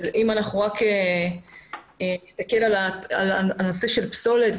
אם אנחנו רק נסתכל על הנושא של פסולת,